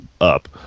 up